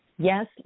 Yes